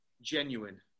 genuine